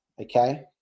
Okay